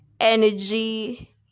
energy